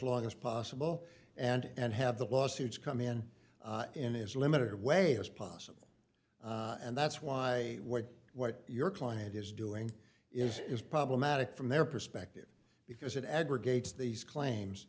long as possible and have the lawsuits come in in his limited way as possible and that's why what your client is doing is is problematic from their perspective because it aggregates these claims